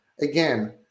again